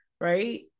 right